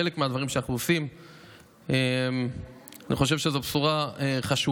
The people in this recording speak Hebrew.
חלק מהדברים שאנחנו עושים אני חושב שהם בשורה חשובה,